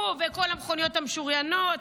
הוא וכל המכוניות המשוריינות.